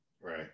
Right